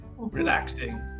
relaxing